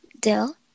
dill